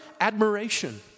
admiration